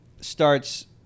starts